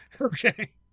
Okay